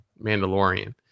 mandalorian